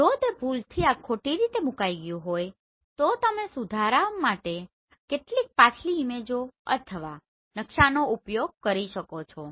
જો તે ભૂલથી આ ખોટી રીતે મૂકાઈ ગયુ હોય તો તમે તે સુધારવા માટે કેટલીક પાછલી ઈમેજો અથવા નકશાઓનો ઉપયોગ કરી શકો છો